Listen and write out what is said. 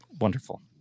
Wonderful